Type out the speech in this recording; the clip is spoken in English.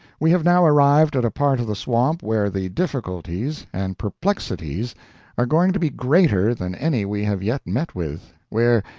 we have now arrived at a part of the swamp where the difficulties and perplexities are going to be greater than any we have yet met with where,